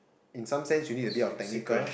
in some sense you need a bit of technical